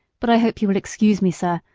but i hope you will excuse me, sir,